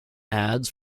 ads